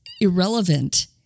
irrelevant